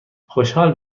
خوشحال